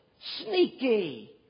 Sneaky